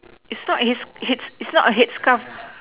is not his his is not a head scarf